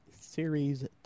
series